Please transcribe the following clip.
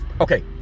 Okay